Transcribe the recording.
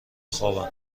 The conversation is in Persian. خوابم